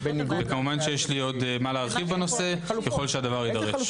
וכמובן יש לי מה להרחיב בנושא ככל שהדבר יידרש.